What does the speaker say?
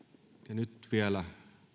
nyt vielä